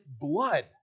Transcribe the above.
blood